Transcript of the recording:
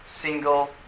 single